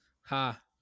ha